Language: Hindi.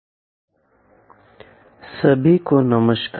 कोणिक खंड VI सभी को नमस्कार